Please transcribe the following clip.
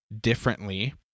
differently